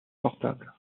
portable